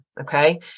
okay